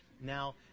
Now